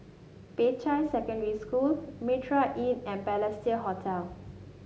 Peicai Secondary School Mitraa Inn and Balestier Hotel